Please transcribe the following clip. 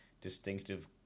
Distinctive